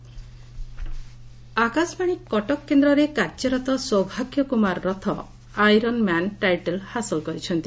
iron Man Akashvani Cuttack କେନ୍ଦ୍ରରେ କାର୍ଯ୍ୟରତ Saubhagya Kumar Rath Iron Man title ହାସଲ କରିଛନ୍ତି